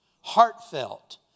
heartfelt